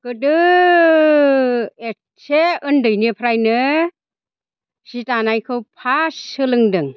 गोदो एसे उन्दैनिफ्रायनो जि दानायखौ फार्स्ट सोलोंदों